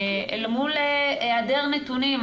אל מול היעדר נתונים.